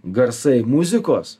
garsai muzikos